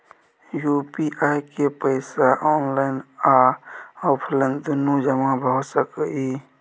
UPI के पैसा online आ ऑफलाइन दुनू जमा भ सकै इ?